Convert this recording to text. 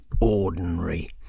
ordinary